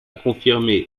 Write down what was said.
confirmé